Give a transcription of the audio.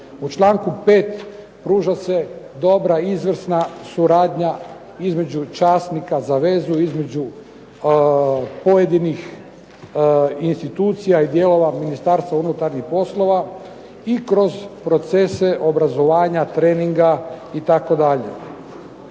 U čl. 5. pruža se dobra, izvrsna suradnja između časnika za vezu, između pojedinih institucija i dijelova Ministarstva unutarnjih poslova i kroz procese obrazovanja, treninga itd.